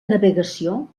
navegació